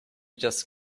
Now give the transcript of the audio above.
just